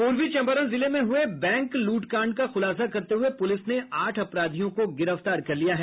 पूर्वी चंपारण जिले में हुए बैंक लूटकांड का खुलासा करते हुए पुलिस ने आठ अपराधियों को गिरफ्तार कर लिया है